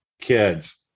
kids